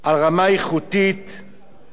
והתוכניות של ההישרדות